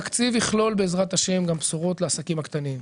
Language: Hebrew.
התקציב יכלול בעזרת השם גם בשורות לעסקים הקטנים.